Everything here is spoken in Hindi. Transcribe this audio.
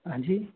हाँ जी